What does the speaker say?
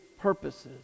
purposes